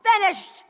Finished